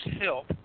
help